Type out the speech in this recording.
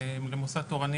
זאת המגבלה